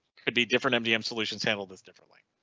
could be different mdm solutions handled this differently?